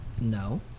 No